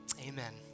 Amen